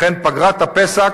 לכן, פגרת הפסח